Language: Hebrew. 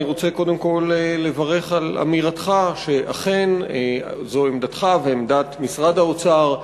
אני רוצה קודם כול לברך על אמירתך שאכן זו עמדתך ועמדת משרד האוצר,